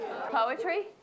Poetry